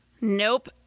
nope